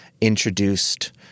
introduced